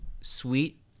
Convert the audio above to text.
sweet